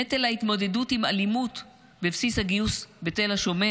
נטל ההתמודדות עם אלימות בבסיס הגיוס בתל השומר